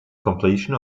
completion